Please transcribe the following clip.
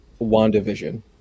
WandaVision